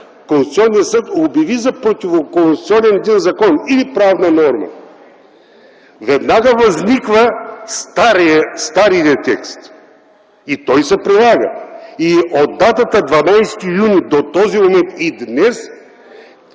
Конституционният съд обяви за противоконституционен един закон или правна норма, веднага възниква старият текст и той се прилага. От датата 12 юни и днес